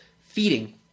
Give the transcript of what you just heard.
feeding